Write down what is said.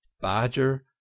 badger